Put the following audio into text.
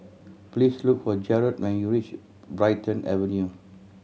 please look for Jarrod when you reach Brighton Avenue